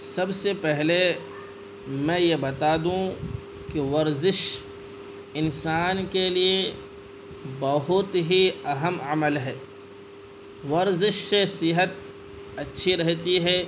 سب سے پہلے میں یہ بتا دوں کہ ورزش انسان کے لیے بہت ہی اہم عمل ہے ورزش سے صحت اچھی رہتی ہے